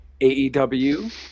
AEW